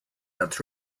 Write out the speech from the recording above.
that